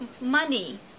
money